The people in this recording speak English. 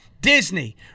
Disney